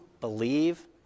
believe